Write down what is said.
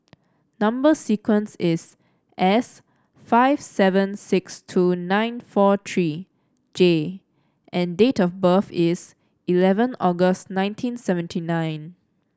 number sequence is S five seven six two nine four three J and date of birth is eleven August nineteen seventy nine